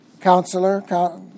counselor